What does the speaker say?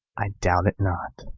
i doubt it not.